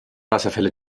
wasserfälle